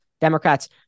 Democrats